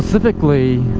specifically